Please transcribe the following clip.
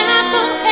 Apple